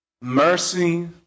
mercy